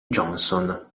johnson